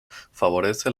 favorece